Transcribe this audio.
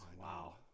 Wow